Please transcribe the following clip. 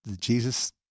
Jesus